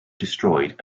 destroyed